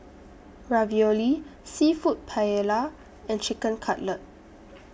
Ravioli Seafood Paella and Chicken Cutlet